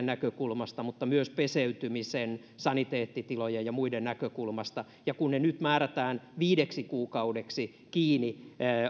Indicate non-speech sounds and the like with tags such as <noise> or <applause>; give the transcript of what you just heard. <unintelligible> näkökulmasta mutta myös peseytymisen saniteettitilojen ja muiden näkökulmasta ja kun ne nyt määrätään viideksi kuukaudeksi illalla kiinni